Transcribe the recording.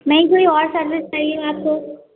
नहीं कोई और सर्विस चाहिए आपको